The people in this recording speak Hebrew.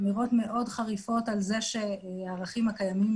אמירות מאוד חריפות על זה שהערכים הקיימים